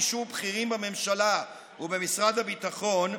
באישור בכירים בממשלה ובמשרד הביטחון,